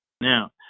Now